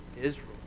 Israel